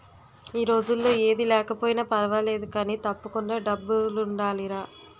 ఈ రోజుల్లో ఏది లేకపోయినా పర్వాలేదు కానీ, తప్పకుండా డబ్బులుండాలిరా